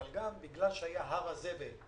אבל גם בגלל שהיה הר הזבל,